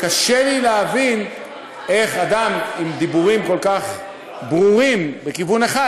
קשה לי להבין איך אדם עם דיבורים כל כך ברורים בכיוון אחד,